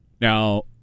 Now